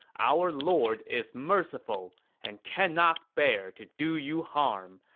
our lord is merciful and cannot bear to do you harm,